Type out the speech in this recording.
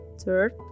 Third